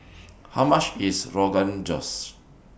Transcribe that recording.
How much IS Rogan Josh